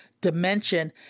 dimension